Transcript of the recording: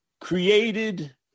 created